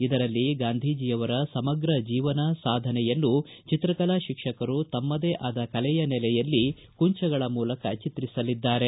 ಇದರಲ್ಲಿ ಗಾಂಧೀಜಿಯವರ ಸಮಗ್ರ ಜೀವನ ಸಾಧನೆಯನ್ನು ಚಿತ್ರಕಲಾ ಶಿಕ್ಷಕರು ತಮ್ಮದೇ ಆದ ಕಲೆಯ ನೆಲೆಯಲ್ಲಿ ಕುಂಚಗಳ ಮೂಲಕ ಚಿತ್ರಿಸಲಿದ್ದಾರೆ